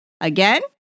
Again